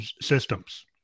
systems